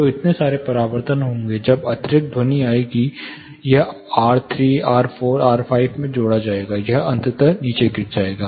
तो इतने सारे परावर्तन होंगे जब अतिरिक्त ध्वनि आएगी यह आर 3 आर 4 आर 5 में जोड़ा जाएगा यह अंततः नीचे गिर जाएगा